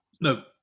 No